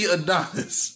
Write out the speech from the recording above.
Adonis